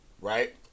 right